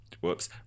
whoops